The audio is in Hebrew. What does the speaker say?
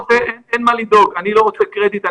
אין מה לדאוג, אני לא רוצה קרדיט.